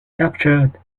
captured